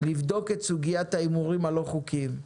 לבדוק את סוגיית ההימורים הלא חוקיים.